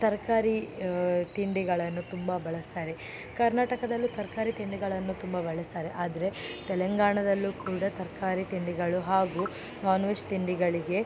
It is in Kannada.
ತರಕಾರಿ ತಿಂಡಿಗಳನ್ನು ತುಂಬ ಬಳಸ್ತಾರೆ ಕರ್ನಾಟಕದಲ್ಲೂ ತರಕಾರಿ ತಿಂಡಿಗಳನ್ನು ತುಂಬ ಬಳಸ್ತಾರೆ ಆದರೆ ತೆಲಂಗಾಣದಲ್ಲೂ ಕೂಡ ತರಕಾರಿ ತಿಂಡಿಗಳು ಹಾಗೂ ನಾನ್ವೆಜ್ ತಿಂಡಿಗಳಿಗೆ